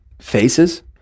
faces